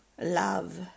love